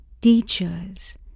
teachers